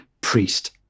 priest